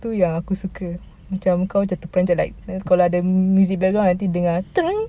itu yang aku suka macam kau dah terperanjat like kalau ada music background ah nanti dengar